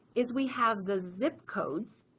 is we have the zip codes